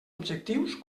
objectius